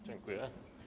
Dziękuję.